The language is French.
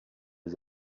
les